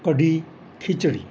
kadhi khichdi